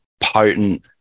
potent